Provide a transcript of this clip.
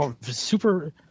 super